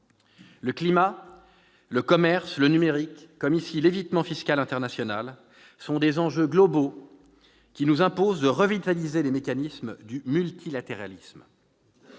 Le climat, le commerce, le numérique comme ici l'évitement fiscal international sont des enjeux globaux, qui nous imposent de revitaliser les mécanismes du multilatéralisme.